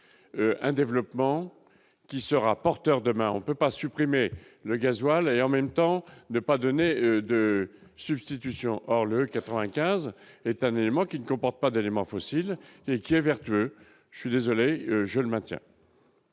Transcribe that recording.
un développement qui sera porteur, demain, on peut pas supprimer le gasoil et en même temps ne pas donner de substitution, or le 95 est un élément qui ne comporte pas d'éléments fossiles et qui est vertueux, je suis désolé, je le maintiens.